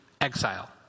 exile